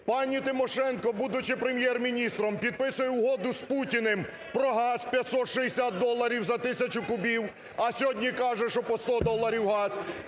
Пані Тимошенко, будучи Прем'єр-міністром, підписує Угоду з Путіним про газ в 560 доларів за тисячу кубів, а сьогодні каже, що по 100 доларів газ.